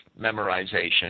memorization